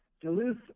Duluth